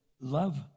love